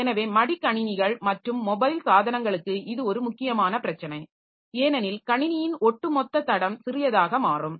எனவே மடிக்கணினிகள் மற்றும் மொபைல் சாதனங்களுக்கு இது ஒரு முக்கியமான பிரச்சனை ஏனெனில் கணினியின் ஒட்டுமொத்த தடம் சிறியதாக மாறும்